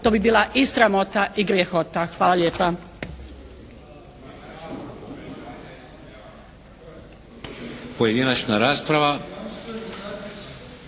To bi bila i sramota i grjehota. Hvala lijepa.